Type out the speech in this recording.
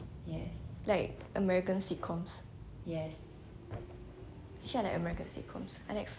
actually I like american sitcoms I like friends recently I just finish like all ten seasons of friends